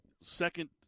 second